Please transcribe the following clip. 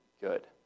good